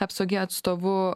epso g atstovu